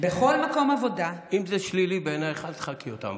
אם זה שלילי בעינייך, אל תחקי אותם.